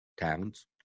Towns